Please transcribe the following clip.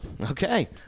okay